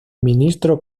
ministro